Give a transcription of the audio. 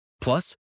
Plus